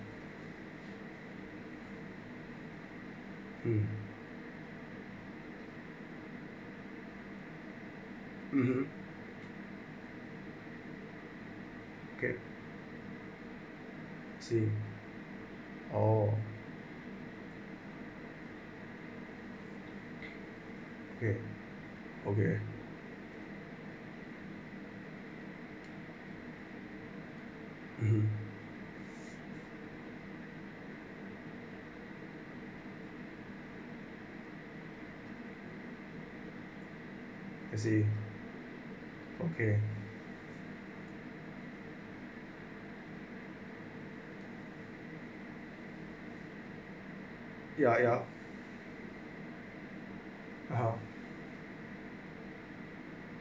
mm (uh huh) okay I see oh okay okay (uh huh) I see okay ya ya a'ah